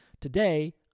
Today